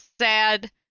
sad